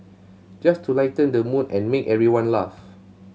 just to lighten the mood and make everyone laugh